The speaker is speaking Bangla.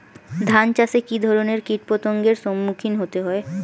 ধান চাষে কী ধরনের কীট পতঙ্গের সম্মুখীন হতে হয়?